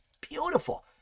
beautiful